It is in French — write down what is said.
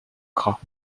gras